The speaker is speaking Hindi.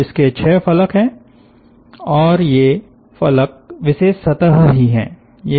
तो इसके छह फलक हैं और ये फलक विशेष सतह ही हैं